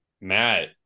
Matt